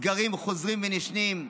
סגרים חוזרים ונשנים,